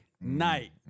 night